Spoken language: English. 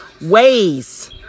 Ways